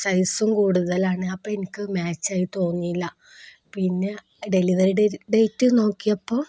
സൈസും കൂടുതലാണ് അപ്പോള് എനിക്കത് മാച്ചായി തോന്നിയില്ല പിന്നെ ഡെലിവറി ഡേറ്റ് നോക്കിയപ്പോള്